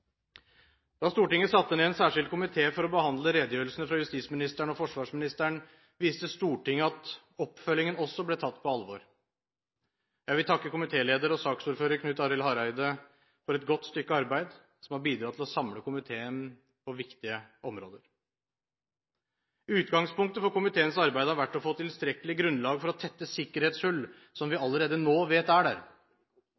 Da Stortinget satte ned en særskilt komité for å behandle redegjørelsene fra justisministeren og forsvarsministeren, viste Stortinget at oppfølgingen også ble tatt på alvor. Jeg vil takke komitéleder og saksordfører Knut Arild Hareide for et godt stykke arbeid som har bidratt til å samle komiteen på viktige områder. Utgangspunktet for komiteens arbeid har vært å få tilstrekkelig grunnlag for å tette sikkerhetshull som vi